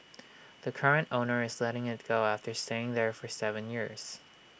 the current owner is letting IT go after staying there for Seven years